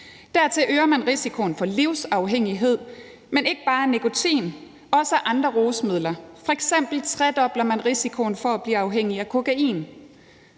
Derudover øger man risikoen for livsafhængighed ikke bare af nikotin, men også af andre rusmidler. F.eks. tredobler man risikoen for at blive afhængig af kokain.